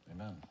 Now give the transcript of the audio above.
Amen